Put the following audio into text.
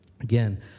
Again